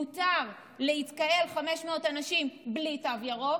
מותר ל-500 אנשים להתקהל בלי תו ירוק,